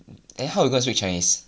then how we gonna speak chinese